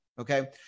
Okay